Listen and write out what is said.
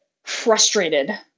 frustrated